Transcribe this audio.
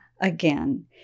again